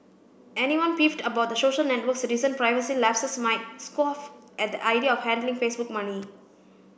anyone peeved about the social network's recent privacy lapses might scoff at the idea of handing Facebook money